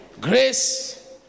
Grace